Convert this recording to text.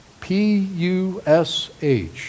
P-U-S-H